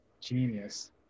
Genius